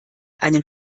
einen